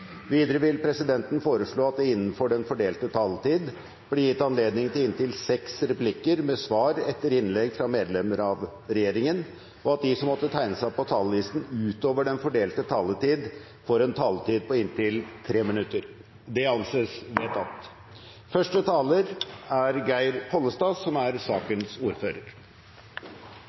Videre vil presidenten foreslå at det blir gitt anledning til inntil fem replikker med svar etter innlegg fra medlemmer av regjeringen innenfor den fordelte taletid, og at de som måtte tegne seg på talerlisten utover den fordelte taletid, får en taletid på inntil 3 minutter. – Det anses vedtatt. Dette er